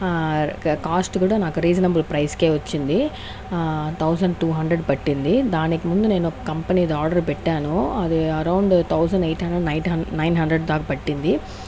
cost కూడా నాకు reasonable price కే వచ్చింది థౌసండ్ టు హండ్రెడ్ పట్టింది దానికి ముందు నేను ఒక కంపెనీ ది ఆర్డర్ పెట్టాను అది around thousand eight hundred night hundred nine hundred దాకా పట్టింది